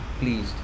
Pleased